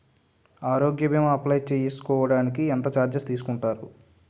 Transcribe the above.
ఆరోగ్య భీమా అప్లయ్ చేసుకోడానికి ఎంత చార్జెస్ తీసుకుంటారు?